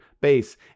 base